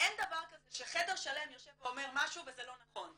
אין דבר כזה שחדר שלם יושב ואומר משהו וזה לא נכון.